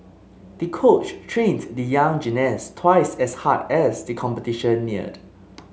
the coach trained the young gymnast twice as hard as the competition neared